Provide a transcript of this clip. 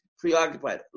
preoccupied